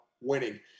winning